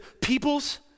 peoples